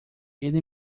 ele